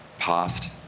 Past